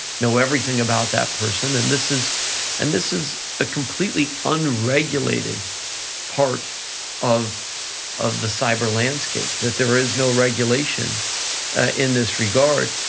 know everything about that person, and this is and this is a completely unregulated part of of the cyber landscape, that there is no regulation in this regard,